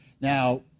Now